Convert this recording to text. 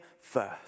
first